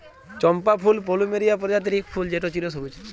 চম্পা ফুল পলুমেরিয়া প্রজাতির ইক ফুল যেট চিরসবুজ